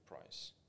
price